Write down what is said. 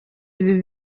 ibi